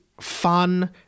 fun